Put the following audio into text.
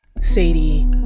Sadie